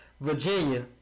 Virginia